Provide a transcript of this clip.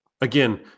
again